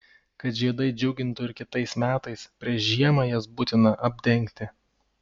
kad žiedai džiugintų ir kitais metais prieš žiemą jas būtina apdengti